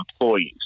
employees